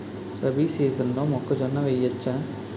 రబీ సీజన్లో మొక్కజొన్న వెయ్యచ్చా?